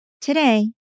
Today